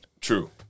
True